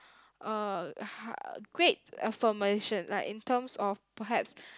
uh great affirmation like in terms of perhaps